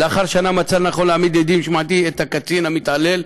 לאחר שנה מצא לנכון להעמיד לדין משמעתי את הקצין המתעלל.